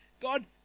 God